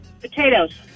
Potatoes